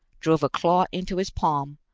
drove a claw into his palm,